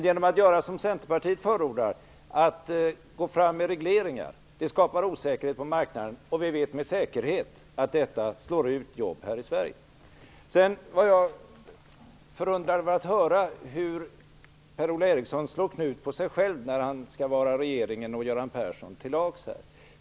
Genom att göra som Centerpartiet förordar - att gå fram med regleringar - skapar man osäkerhet på marknaden. Vi vet med säkerhet att detta slår ut jobb här i Sverige. Jag var förundrad över att höra hur Per-Ola Eriksson slår knut på sig själv när han skall vara regeringen och Göran Persson till lags.